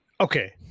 okay